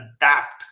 adapt